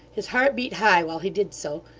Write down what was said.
his heart beat high while he did so,